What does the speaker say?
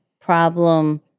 problem